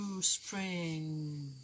spring